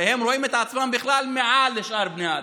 הרי הם רואים את עצמם בכלל מעל לשאר בני האדם,